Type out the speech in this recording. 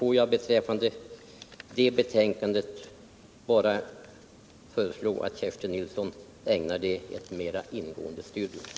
Låt mig beträffande det betänkandet bara föreslå att Kerstin Nilsson ägnar det ett mera ingående studium.